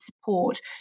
support